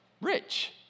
rich